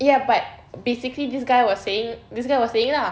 ya but basically this guy was saying this guy was saying ah